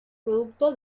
producto